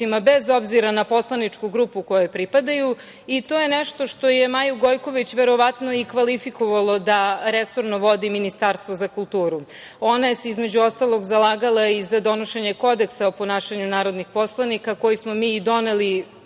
bez obzira na poslaničku grupu kojoj pripadaju i to je nešto što je Maju Gojković, verovatno i kvalifikovalo da vodi resorno Ministarstvo za kulturu. Ona se zalagala i za donošenje Kodeksa o ponašanju narodnih poslanika, koji smo mi i doneli,